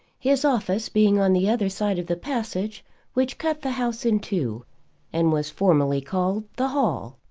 his office being on the other side of the passage which cut the house in two and was formally called the hall.